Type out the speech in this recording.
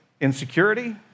insecurity